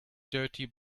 dirty